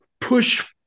push